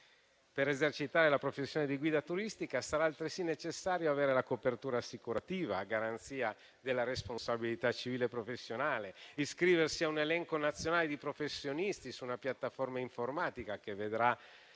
Per esercitare la professione di guida turistica, sarà altresì necessario avere la copertura assicurativa a garanzia della responsabilità civile e professionale e iscriversi a un elenco nazionale di professionisti su una piattaforma informatica che verrà